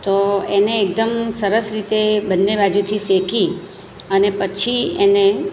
તો એને એકદમ સરસ રીતે બંને બાજુથી શેકી અને પછી એને